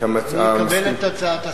אני מקבל את הצעת השר.